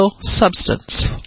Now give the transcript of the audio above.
substance